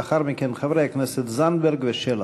לאחר מכן, חברי הכנסת זנדברג ושלח.